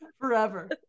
forever